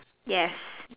yes